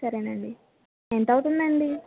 సరేనండి ఎంత అవుతుంది అండి